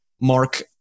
mark